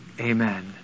Amen